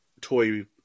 toy